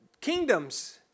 kingdoms